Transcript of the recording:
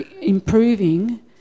improving